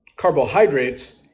Carbohydrates